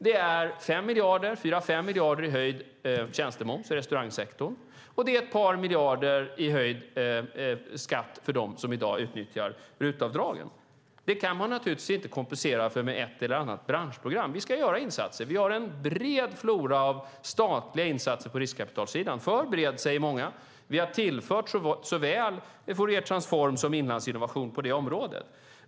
Det är 4-5 miljarder i höjd tjänstemoms för restaurangsektorn och det är ett par miljarder i höjd skatt för dem som i dag utnyttjar RUT-avdragen. Det kan man naturligtvis inte kompensera med ett eller annat branschprogram. Vi ska göra insatser. Vi har en bred flora av statliga insatser på riskkapitalsidan, för bred säger många. Vi har tillfört såväl Fouriertransform som Inlandsinnovation på det området.